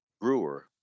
brewer